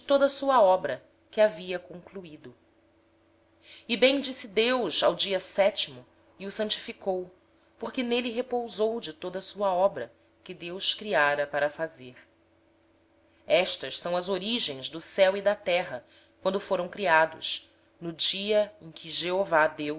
toda a obra que fizera abençoou deus o sétimo dia e o santificou porque nele descansou de toda a sua obra que criara e fizera eis as origens dos céus e da terra quando foram criados no dia em que o